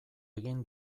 egin